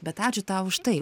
bet ačiū tau už tai